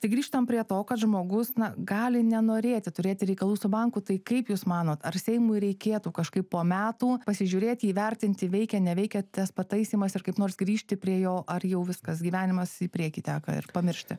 tai grįžtam prie to kad žmogus na gali nenorėti turėti reikalų su banku tai kaip jūs manot ar seimui reikėtų kažkaip po metų pasižiūrėti įvertinti veikia neveikia tas pataisymas ir kaip nors grįžti prie jo ar jau viskas gyvenimas į priekį teka ir pamiršti